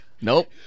Nope